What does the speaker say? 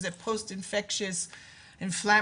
post infections inflammatory-